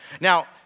Now